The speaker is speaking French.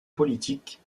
politique